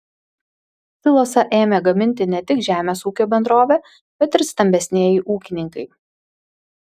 silosą ėmė gaminti ne tik žemės ūkio bendrovė bet ir stambesnieji ūkininkai